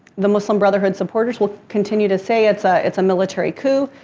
the muslim brotherhood supporters will continue to say it's a, it's a military coup.